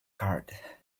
card